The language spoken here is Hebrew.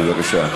בבקשה.